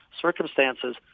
circumstances